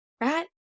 right